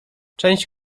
część